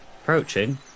approaching